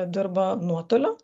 dirba nuotoliu